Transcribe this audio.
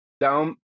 down